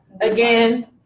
again